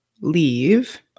leave